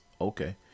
Okay